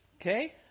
okay